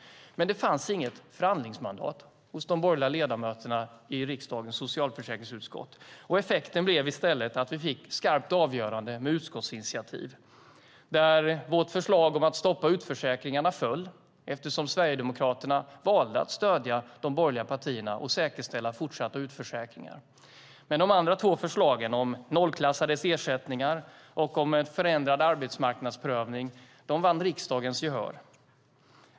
Men det fanns inget förhandlingsmandat hos de borgerliga ledamöterna i riksdagens socialförsäkringsutskott. Effekten blev i stället att vi fick ett skarpt avgörande med utskottsinitiativ, där vårt förslag att stoppa utförsäkringarna föll eftersom Sverigedemokraterna valde att stödja de borgerliga partierna och säkerställa fortsatta utförsäkringar. De andra två förslagen, om nollklassades ersättningar och om förändrad arbetsmarknadsprövning, vann riksdagens gehör.